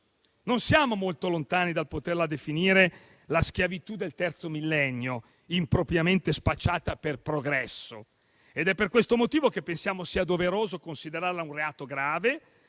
Non siamo molto lontani dal poterla definire la schiavitù del terzo millennio, impropriamente spacciata per progresso. Per questo motivo pensiamo sia doveroso considerarla un reato grave,